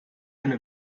eine